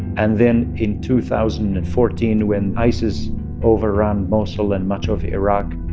and then in two thousand and fourteen, when isis overran mosul and much of iraq,